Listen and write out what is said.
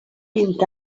vint